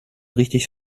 richtig